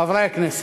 חברי הכנסת,